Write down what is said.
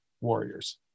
Warriors